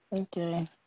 Okay